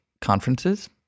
conferences